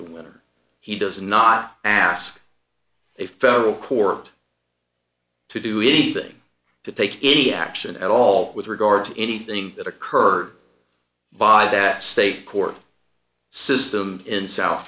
whether he does not ask a federal court to do anything to take any action at all with regard to anything that occurred by that state court system in south